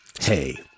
hey